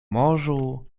morzu